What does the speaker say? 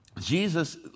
Jesus